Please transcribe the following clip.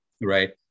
right